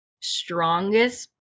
strongest